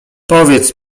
powiedz